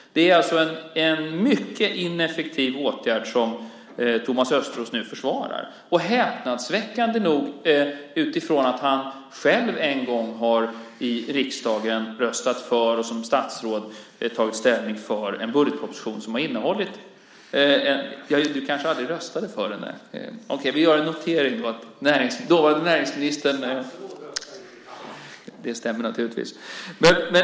Det är alltså en mycket ineffektiv åtgärd som Thomas Östros nu försvarar - häpnadsväckande nog utifrån att han själv en gång i riksdagen har röstat för och som statsråd tagit ställning för en budgetproposition som innehållit . Nej, du röstade kanske aldrig för den. Okej, vi gör en notering att det var den dåvarande näringsministern. : Statsråd röstar inte i kammaren.) Det stämmer naturligtvis.